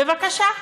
בבקשה.